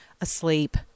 asleep